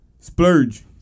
Splurge